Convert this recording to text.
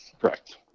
Correct